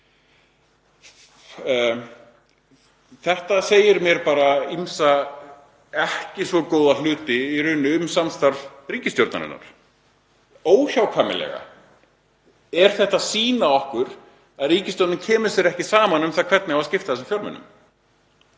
Þetta segir mér bara ýmsa ekki svo góða hluti um samstarf innan ríkisstjórnarinnar. Óhjákvæmilega sýnir þetta okkur að ríkisstjórnin kemur sér ekki saman um það hvernig á að skipta þessum fjármunum.